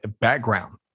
background